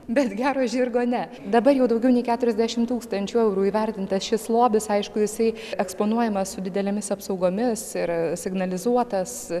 bet gero žirgo ne dabar jau daugiau nei keturiasdešim tūkstančių eurų įvertintas šis lobis aišku jisai eksponuojamas su didelėmis apsaugomis ir signalizuotas